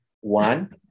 One